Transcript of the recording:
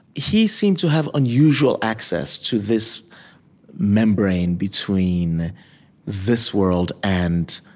he seemed to have unusual access to this membrane between this world and